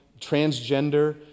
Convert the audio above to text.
transgender